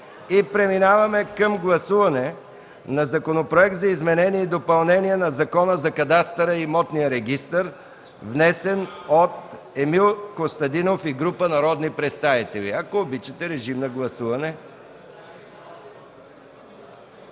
Преминаваме към гласуване на Законопроект за изменение и допълнение на Закона за кадастъра и имотния регистър, внесен от Емил Костадинов и група народни представители. Моля, гласувайте.